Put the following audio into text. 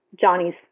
Johnny's